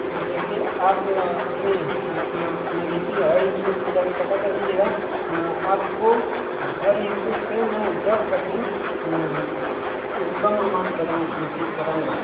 देखिए आप अपने नजदीकी हर इंस्टिच्युट में जाकर पता कर लीजिएगा आपको हर इंस्टीच्यूट से मैं दस परसेंट कम अमाउंट बताऊँगा फीस बताऊँगा